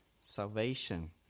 salvation